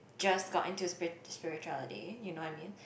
just got into spiri~ spirituality you know what I mean